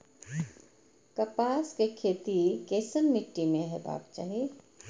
कपास के खेती केसन मीट्टी में हेबाक चाही?